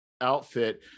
outfit